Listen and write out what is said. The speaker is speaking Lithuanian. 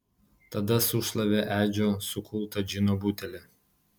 tada sušlavė edžio sukultą džino butelį